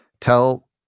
tell